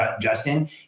Justin